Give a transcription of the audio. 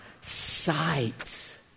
sight